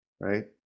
Right